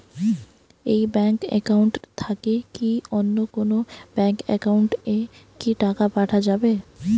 এই bank account থাকি কি অন্য কোনো ব্যাংক একাউন্ট এ কি টাকা পাঠা যাবে?